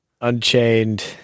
Unchained